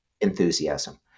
enthusiasm